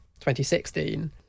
2016